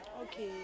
Okay